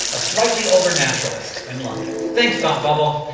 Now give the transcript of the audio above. a slightly older naturalist in london, thanks thoughtbubble.